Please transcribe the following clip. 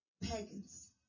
pagans